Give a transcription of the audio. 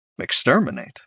Exterminate